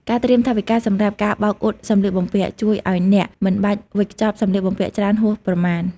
ការត្រៀមថវិកាសម្រាប់ការបោកអ៊ុតសម្លៀកបំពាក់ ជួយឱ្យអ្នកមិនបាច់វេចខ្ចប់សម្លៀកបំពាក់ច្រើនហួសប្រមាណ។